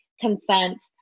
consent